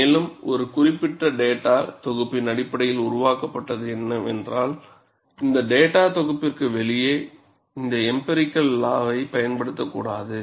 மேலும் இது ஒரு குறிப்பிட்ட டேட்டா தொகுப்பின் அடிப்படையில் உருவாக்கப்பட்டது என்றால் இந்த டேட்டாத் தொகுப்பிற்கு வெளியே இந்த எம்பிரிக்கல் லா வை பயன்படுத்தக்கூடாது